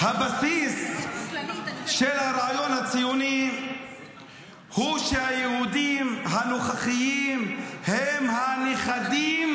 הבסיס של הרעיון הציוני הוא שהיהודים הנוכחיים הם הנכדים